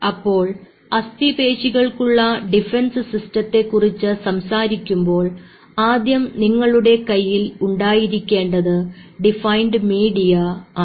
അപ്പോൾ അസ്ഥിപേശികൾക്കുള്ള ഉള്ള ഡിഫൈൻഡ് സിസ്റ്റത്തെ കുറിച്ച് സംസാരിക്കുമ്പോൾ ആദ്യം നിങ്ങളുടെ കയ്യിൽ ഉണ്ടായിരിക്കേണ്ടത് ഡിഫൈൻഡ് മീഡിയ ആണ്